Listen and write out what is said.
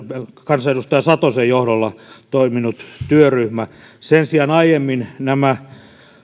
kansanedustaja satosen johdolla toiminut työryhmä sen sijaan aiemmin nämä